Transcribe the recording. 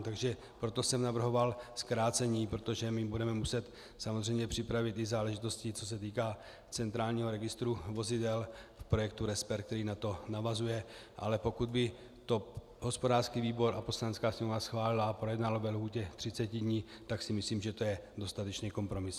Takže proto jsem navrhoval zkrácení, protože my budeme muset samozřejmě připravit i záležitosti, co se týká centrálního registru vozidel v projektu RESPER, který na to navazuje, ale pokud by to hospodářský výbor a Poslanecká sněmovna schválily a projednaly ve lhůtě 30 dní, tak si myslím, že to je dostatečný kompromis.